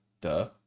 Duh